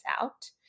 out